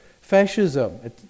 Fascism